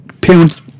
parents